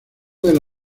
del